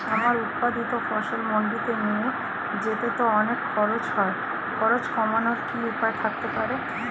আমার উৎপাদিত ফসল মান্ডিতে নিয়ে যেতে তো অনেক খরচ হয় খরচ কমানোর কি উপায় থাকতে পারে?